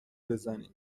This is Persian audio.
بزنی